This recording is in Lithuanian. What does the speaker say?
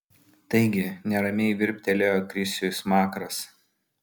taigi neramiai virptelėjo krisiui smakras